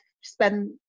spend